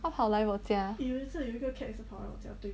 他跑来我家